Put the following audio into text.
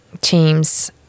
teams